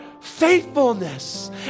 faithfulness